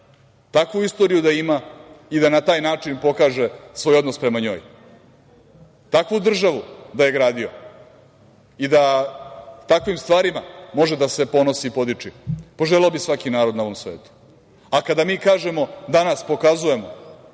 takvu istoriju da ima i da na taj način pokaže svoj odnos prema njoj. Takvu državu da je gradio i da takvim stvarima može da se ponosi i podiči. Kada mi kažemo danas pokazujemo